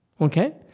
Okay